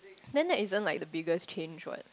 then that isn't like the biggest change what